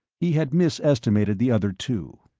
he had misestimated the other two.